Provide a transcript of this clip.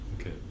okay